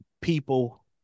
people